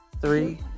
Three